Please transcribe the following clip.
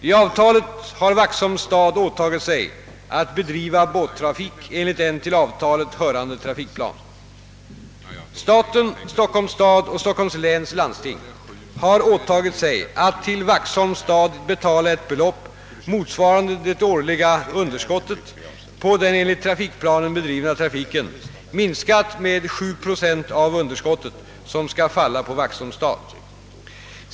I avtalet har Vaxholms stad åtagit sig att bedriva båttrafik enligt en till avtalet hörande trafikplan. Staten, Stockholms stad och Stockholms läns landsting har åtagit sig att till Vaxholms stad betala ett belopp motsvarande det årliga underskottet på den enligt trafikplanen bedrivna trafiken, minskat med 7 procent av underskottet som skall falla på Vaxholms stad.